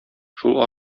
шул